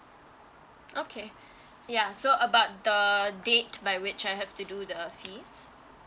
okay ya so about the date by which I have to do the fees